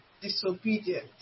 disobedient